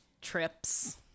trips